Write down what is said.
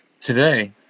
today